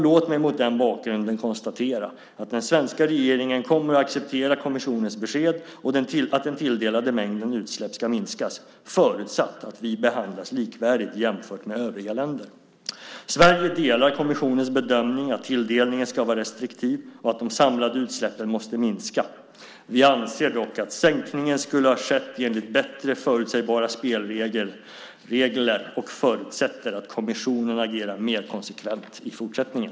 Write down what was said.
Låt mig mot den bakgrunden konstatera att den svenska regeringen kommer att acceptera kommissionens besked att den tilldelade mängden utsläpp ska minskas, förutsatt att vi behandlas likvärdigt jämfört med övriga länder. Sverige delar kommissionens bedömning att tilldelningen ska vara restriktiv och att de samlade utsläppen måste minska. Vi anser dock att sänkningen borde ha skett enligt bättre förutsägbara spelregler och förutsätter att kommissionen agerar mer konsekvent i fortsättningen.